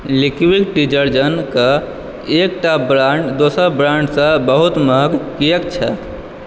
liquid डिटर्जेन्टके एकटा brand दोसर ब्राण्डसँ बहुत महग किएक छै